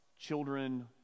children